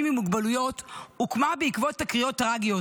עם מוגבלויות הוקמה בעקבות תקריות טרגיות,